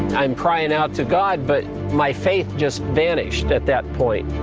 i'm crying out to god, but my faith just vanished at that point.